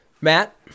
Matt